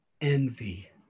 envy